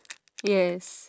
yes